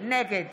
נגד